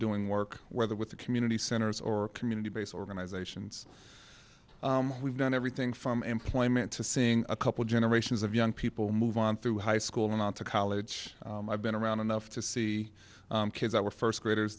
doing work whether with the community centers or community based organizations we've done everything from employment to seeing a couple generations of young people move on through high school going on to college i've been around enough to see kids that were first graders